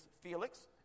felix